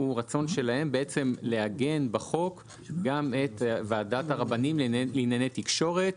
הוא רצון שלהם להגן בחוק גם את ועדת הרבנים לענייני תקשורת.